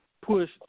push